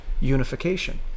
unification